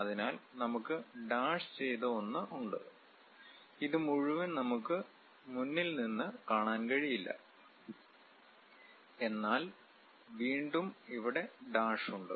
അതിനാൽ നമുക്ക് ഡാഷ് ചെയ്ത ഒന്ന് ഉണ്ട് ഇത് മുഴുവൻ നമുക്ക് മുന്നിൽ നിന്ന് കാണാൻ കഴിയില്ല എന്നാൽ വീണ്ടും ഇവിടെ ഡാഷ് ഉണ്ട്